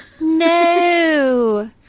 No